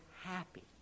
happy